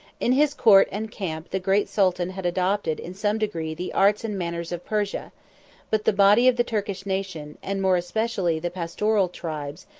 in his court and camp the great sultan had adopted in some degree the arts and manners of persia but the body of the turkish nation, and more especially the pastoral tribes,